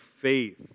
faith